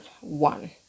one